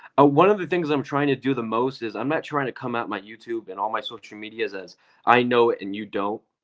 ah one of the things i'm trying to do the most is i'm not trying to come out my youtube and all my social medias as i know and you don't,